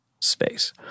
space